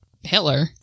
Hitler